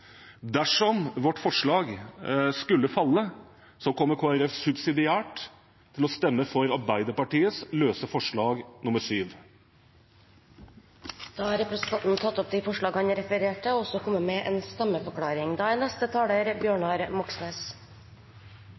Dersom vårt forslag skulle falle, kommer Kristelig Folkeparti subsidiært til å stemme for Arbeiderpartiets løse forslag, forslag nr. 7. Representanten Geir Jørgen Bekkevold har tatt opp de forslagene han refererte til. Rødt har lenge gått foran i kampen for en